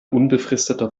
unbefristeter